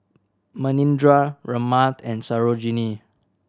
Manindra Ramnath and Sarojini